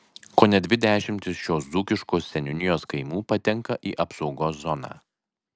kone dvi dešimtys šios dzūkiškos seniūnijos kaimų patenka į apsaugos zoną